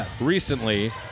recently